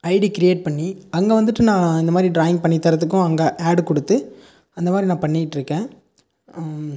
ID create பண்ணி அங்கே வந்துட்டு நான் இந்தமாதிரி டிராயிங் பண்ணி தரதுக்கும் அங்கே ஆட் கொடுத்து அந்தமாதிரி நான் பண்ணிகிட்டுருக்கேன்